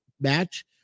match